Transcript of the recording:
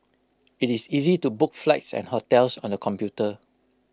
IT is easy to book flights and hotels on the computer